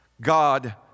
God